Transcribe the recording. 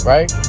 Right